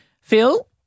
Phil